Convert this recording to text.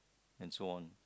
and so on